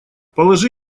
положи